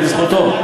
זה בזכותו.